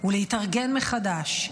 ולהתארגן מחדש.